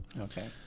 Okay